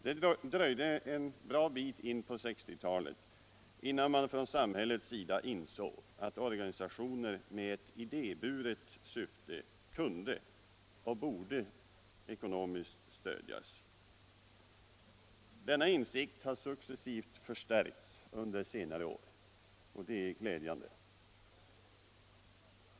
Det dröjde en bra bit in på 1960-talet innan man från samhällets sida insåg att organisationer med ett idéburet syfte kunde och borde ekonomiskt stödjas. Denna insikt har successivt förstärkts under senare år och det är glädjande.